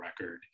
record